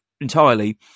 entirely